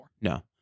No